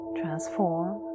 transform